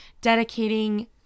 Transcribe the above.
dedicating